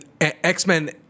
X-Men